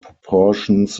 proportions